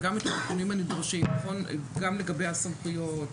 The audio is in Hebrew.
וגם את התיקונים הנדרשים גם לגבי הסמכויות,